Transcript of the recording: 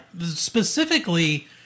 specifically